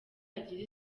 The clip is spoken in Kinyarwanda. agire